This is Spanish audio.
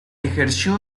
ejerció